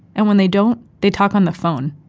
and when they don't, they talk on the phone.